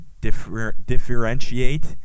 differentiate